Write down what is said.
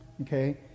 okay